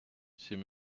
c’est